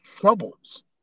troubles